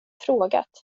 frågat